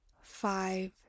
five